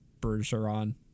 Bergeron